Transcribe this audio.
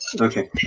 Okay